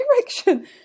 direction